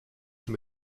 sie